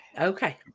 Okay